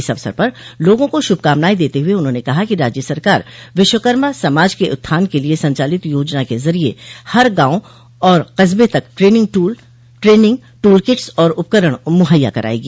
इस अवसर पर लोगों को शुभ कामनाएं देते हुए उन्होंने कहा कि राज्य सरकार विश्वकर्मा समाज के उत्थान के लिए संचालित योजना के जरिये हर गांव और कस्बे तक ट्रेनिंग टूल किटस और उपकरण मुहैया करायेगी